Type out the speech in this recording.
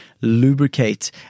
lubricate